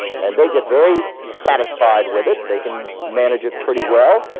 and they get very satisfied with it, they can manage it pretty well,